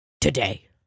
today